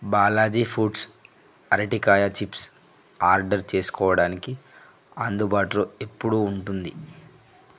Balaji foods అరటికాయ chips order చేసుకోడానికి అందుబాటులో ఎప్పుడూ ఉంటుంది